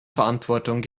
verantwortung